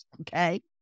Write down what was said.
okay